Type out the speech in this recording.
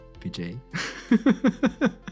PJ